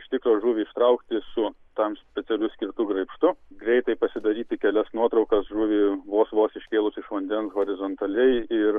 iš tikro žuvį ištraukti su tam specialiu skirtu graibštu greitai pasidaryti kelias nuotraukas žuvį vos vos iškėlus iš vandens horizontaliai ir